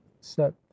set